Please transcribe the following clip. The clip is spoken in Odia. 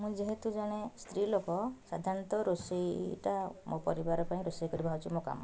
ମୁଁ ଯେହେତୁ ଜଣେ ସ୍ତ୍ରୀ ଲୋକ ସାଧାରଣତଃ ରୋଷେଇଟା ମୋ ପରିବାର ପାଇଁ ରୋଷେଇ କରିବା ହେଉଛି ମୋ କାମ